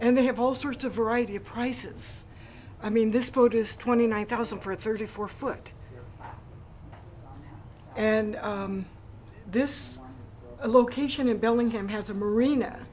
and they have all sorts of variety of prices i mean this boat is twenty nine thousand for thirty four foot and this location in bellingham has a marina